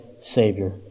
Savior